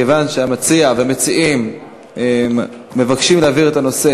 כיוון שהמציע והמציעים מבקשים להעביר את הנושא,